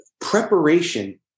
preparation